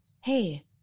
hey